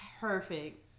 perfect